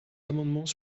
amendements